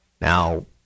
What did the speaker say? Now